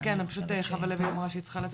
אני מצטרף לכל מה שנאמר כאן על התופעה הקשה והחמורה.